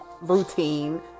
routine